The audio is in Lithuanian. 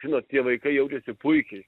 žinot tie vaikai jaučiasi puikiai